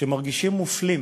שמרגישים מופלים.